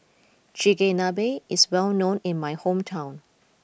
Chigenabe is well known in my hometown